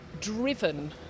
driven